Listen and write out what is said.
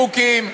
הוסיף חוקים.